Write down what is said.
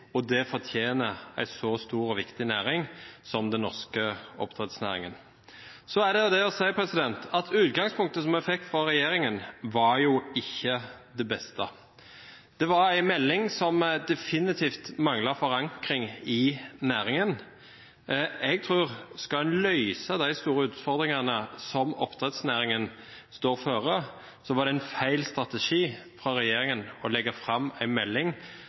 og det fortjener en så stor og viktig næring som den norske oppdrettsnæringen. Så er det det å si at utgangspunktet som vi fikk fra regjeringen, var jo ikke det beste. Det var en melding som definitivt manglet forankring i næringen. Jeg tror at skal en løse de store utfordringene som oppdrettsnæringen står foran, var det en feil strategi fra regjeringen å legge fram en melding